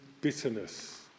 bitterness